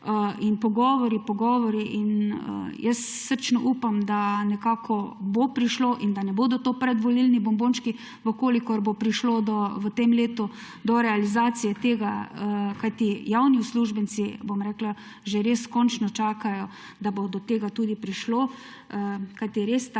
in pogovori, pogovori. Jaz srčno upam, da nekako bo prišlo in da ne bodo to predvolilni bombončki. Če bo prišlo v tem letu do realizacije tega, kajti javni uslužbenci že res končno čakajo, da bo do tega tudi prišlo, kajti ta